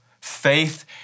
faith